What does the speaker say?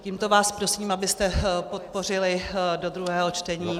Tímto vás prosím, abyste podpořili do druhého čtení.